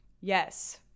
Yes